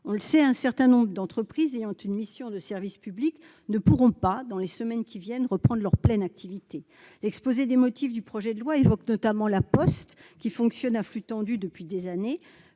On le sait, un certain nombre d'entreprises ayant une mission de service public ne pourront pas, dans les semaines qui viennent, reprendre leur pleine activité. L'exposé des motifs du projet de loi évoque notamment La Poste, qui fonctionne à flux tendu depuis des années.